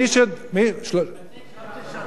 שלושה מנדטים.